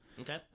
Okay